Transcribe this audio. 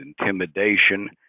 intimidation